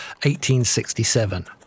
1867